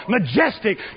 Majestic